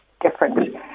different